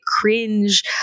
cringe